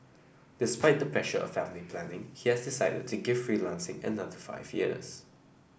despite the pressure of family planning he has decided to give freelancing another five years